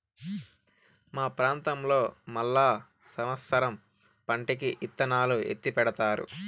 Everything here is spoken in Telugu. మా ప్రాంతంలో మళ్ళా సమత్సరం పంటకి ఇత్తనాలు ఎత్తిపెడతారు